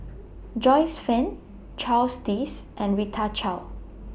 Joyce fan Charles Dyce and Rita Chao